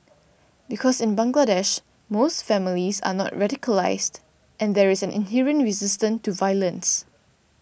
because in Bangladesh most families are not radicalised and there is an inherent resistance to violence